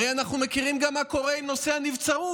הרי אנחנו מכירים גם את מה שקורה עם נושא הנבצרות,